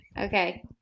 Okay